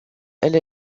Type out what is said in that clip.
elle